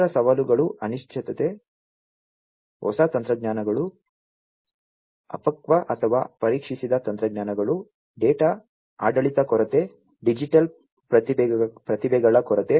ಇತರ ಸವಾಲುಗಳು ಅನಿಶ್ಚಿತ ಸಮಯವನ್ನು ನೋಡಿ 2515 ಹೊಸ ತಂತ್ರಜ್ಞಾನಗಳು ಅಪಕ್ವ ಅಥವಾ ಪರೀಕ್ಷಿಸದ ತಂತ್ರಜ್ಞಾನಗಳು ಡೇಟಾ ಆಡಳಿತದ ಕೊರತೆ ಡಿಜಿಟಲ್ ಪ್ರತಿಭೆಗಳ ಕೊರತೆ